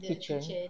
kitchen